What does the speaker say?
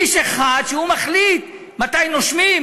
איש אחד שהוא מחליט מתי נושמים,